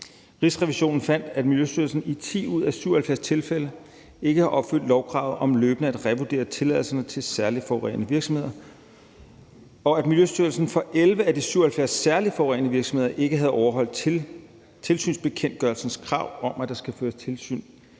Rigsrevisionen fandt, at Miljøstyrelsen i 10 ud af 77 tilfælde ikke har opfyldt lovkravet om løbende at revurdere tilladelserne til særlig forurenende virksomheder, og at Miljøstyrelsen for 11 af de 77 særlig forurenende virksomheder ikke havde overholdt tilsynsbekendtgørelsens krav om, at der skal føres tilsyn